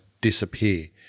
disappear